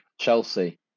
Chelsea